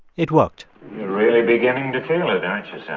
it worked you're really beginning to feel it, aren't you, yeah